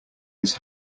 his